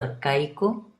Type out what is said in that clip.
arcaico